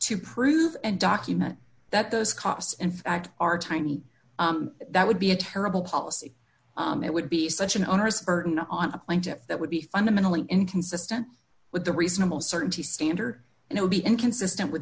to prove and document that those costs in fact are tiny that would be a terrible policy it would be such an onerous burden on a plane to that would be fundamentally inconsistent with the reasonable certainty standard and it would be inconsistent with